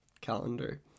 calendar